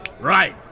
Right